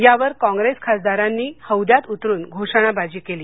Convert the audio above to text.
यावर कॉप्रेस खासदारांनी हौद्यात उतरून घोषणाबाजी केली